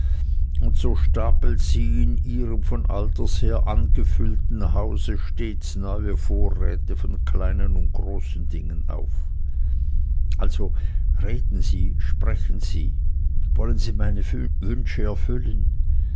und so stapelt sie in ihrem von alters her angefüllten hause stets neue vorräte von kleinen und großen dingen auf also reden sie sprechen sie wollen sie meine wünsche erfüllen